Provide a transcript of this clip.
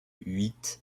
huit